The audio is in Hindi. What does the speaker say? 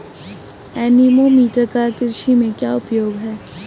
एनीमोमीटर का कृषि में क्या उपयोग है?